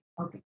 okay